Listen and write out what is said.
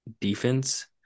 defense